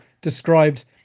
described